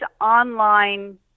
online